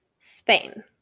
Spain